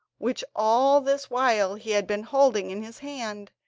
which all this while he had been holding in his hand,